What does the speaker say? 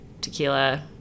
tequila